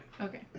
Okay